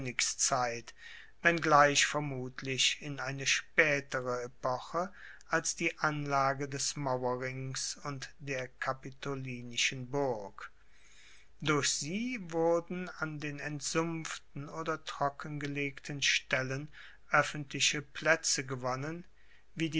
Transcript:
wenngleich vermutlich in eine spaetere epoche als die anlage des mauerrings und der kapitolinischen burg durch sie wurden an den entsumpften oder trockengelegten stellen oeffentliche plaetze gewonnen wie